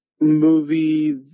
movie